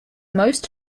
most